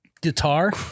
guitar